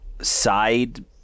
side